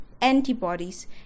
antibodies